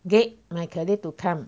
get my colleague to come